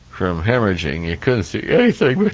chrome hemorrhaging. you couldn't see anything.